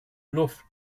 luft